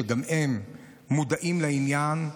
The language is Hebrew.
שגם הם מודעים לעניין.